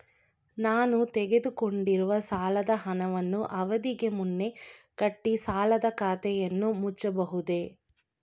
ನಾನು ತೆಗೆದುಕೊಂಡಿರುವ ಸಾಲದ ಹಣವನ್ನು ಅವಧಿಗೆ ಮುನ್ನ ಕಟ್ಟಿ ಸಾಲದ ಖಾತೆಯನ್ನು ಮುಚ್ಚಬಹುದೇ?